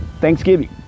thanksgiving